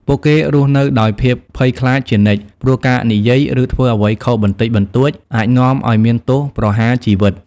ពួកគេរស់នៅដោយភាពភ័យខ្លាចជានិច្ច ព្រោះការនិយាយ ឬធ្វើអ្វីខុសបន្តិចបន្តួចអាចនាំឲ្យមានទោសប្រហារជីវិត។